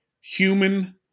human